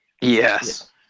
Yes